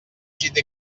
gite